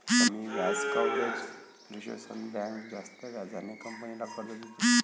कमी व्याज कव्हरेज रेशोसह बँक जास्त व्याजाने कंपनीला कर्ज देते